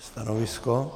Stanovisko?